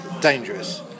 dangerous